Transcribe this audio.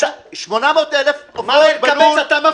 יש 800,000 עופות בלול -- מר אלקבץ, אתה מפריע.